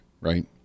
right